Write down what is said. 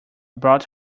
bought